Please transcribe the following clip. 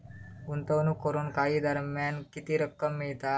गुंतवणूक करून काही दरम्यान किती रक्कम मिळता?